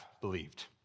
believed